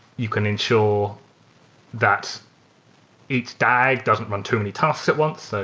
you can insure that each dag doesn't run too many tasks at once.